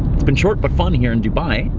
it's been short, but fun here in dubai.